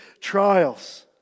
trials